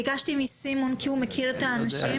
ביקשתי מסימון כי הוא מכיר את האנשים.